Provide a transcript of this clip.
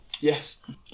Yes